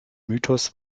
mythos